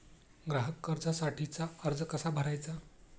ग्राहक कर्जासाठीचा अर्ज कसा भरायचा?